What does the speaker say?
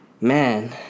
man